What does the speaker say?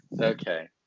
okay